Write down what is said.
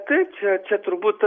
taip čia čia turbūt